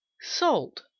salt